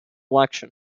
election